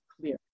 clear